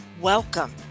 Welcome